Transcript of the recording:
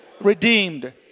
redeemed